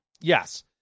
yes